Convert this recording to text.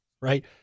right